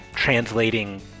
translating